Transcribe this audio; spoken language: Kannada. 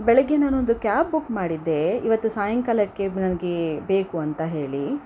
ಬೆಳಗ್ಗೆ ನಾನೊಂದು ಕ್ಯಾಬ್ ಬುಕ್ ಮಾಡಿದ್ದೆ ಇವತ್ತು ಸಾಯಂಕಾಲಕ್ಕೆ ನನಗೆ ಬೇಕು ಅಂತ ಹೇಳಿ